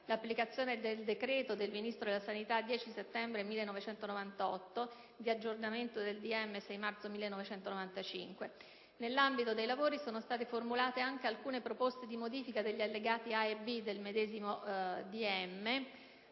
l'applicazione del decreto del Ministro della sanità 10 settembre 1998, di aggiornamento del decreto ministeriale 6 marzo 1995. Nell'ambito dei lavori sono state formulate anche alcune proposte di modifica degli allegati A e B del medesimo